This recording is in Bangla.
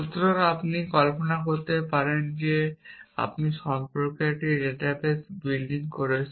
সুতরাং আপনি কল্পনা করতে পারেন যে আপনি সম্পর্কের একটি ডাটাবেস বিলিং করেছেন